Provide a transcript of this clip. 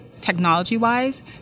technology-wise